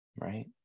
right